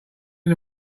end